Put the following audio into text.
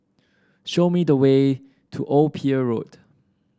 show me the way to Old Pier Road